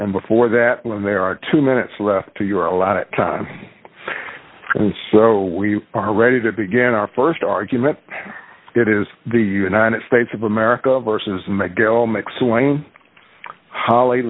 and before that when there are two minutes left to your allotted time and so we are ready to begin our st argument it is the united states of america versus mig